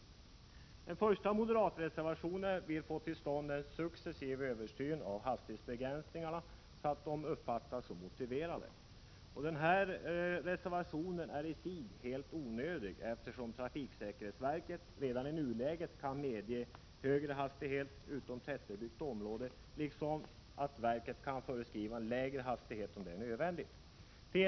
I den första moderatreservationen föreslås en successiv översyn av hastighetsbegränsningarna så att dessa uppfattas som motiverade. Den här reservationen är helt onödig eftersom trafiksäkerhetsverket redan i nuläget kan medge högre hastighet utanför tätbebyggt område. Verket kan även föreskriva lägre hastighet om det är nödvändigt.